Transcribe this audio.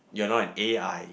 you're not an A_I